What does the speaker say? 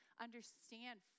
understand